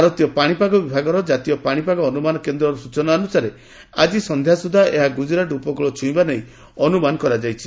ଭାରତୀୟ ପାଣିପାଗ ବିଭାଗର ଜାତୀୟ ପାଣିପାଗ ଅନୁମାନ କେନ୍ଦ୍ରର ସୂଚନା ଅନୁସାରେ ଆଜି ସନ୍ଧ୍ୟାସୁଦ୍ଧା ଏହା ଗୁଜରାଟ ଉପକୂଳ ଛୁଇଁବା ନେଇ ଅନୁମାନ କରାଯାଇଛି